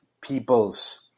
people's